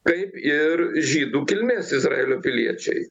kaip ir žydų kilmės izraelio piliečiai